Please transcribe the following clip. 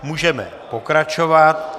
Můžeme pokračovat.